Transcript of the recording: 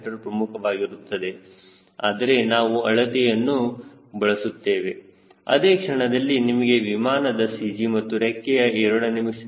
c ಪ್ರಮುಖವಾಗಿರುತ್ತದೆ ಆದರೆ ನಾವು ಅಳತೆಯನ್ನು ಬಳಸುತ್ತೇವೆ ಅದೇ ಕ್ಷಣದಲ್ಲಿ ನಿಮಗೆ ವಿಮಾನದ CG ಮತ್ತು ರೆಕ್ಕೆಯ a